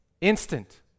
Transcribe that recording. Instant